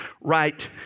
right